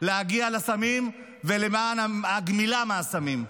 של ההגעה לסמים ולמען הגמילה מהסמים.